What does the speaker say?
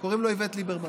קוראים לו איווט ליברמן.